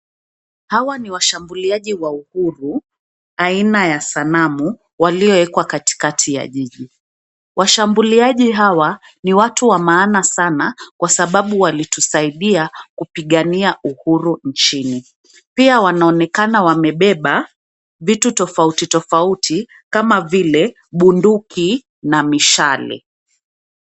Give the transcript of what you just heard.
Hawa ni washambuliaji wa uhuru aina ya sanamu walioekwa katikati ya jiji. Washambuliaji hawa ni watu wa maana sana kwa sababu walitusaidia kupigania uhuru nchini. Pia wanaonekana wamebeba vitu tofauti tofauti kama vile bunduki na mishale.